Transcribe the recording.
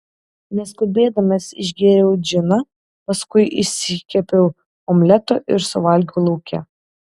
neskubėdamas išgėriau džiną paskui išsikepiau omleto ir suvalgiau lauke